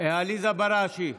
עליזה בראשי,